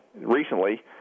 recently